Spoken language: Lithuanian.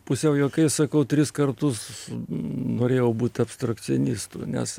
pusiau juokais sakau tris kartus norėjau būt abstrakcionistu nes